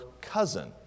cousin